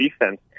defense